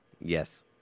Yes